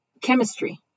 chemistry